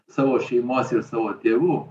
savo šeimos ir savo tėvų